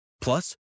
plus